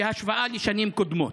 בהשוואה לשנים קודמות.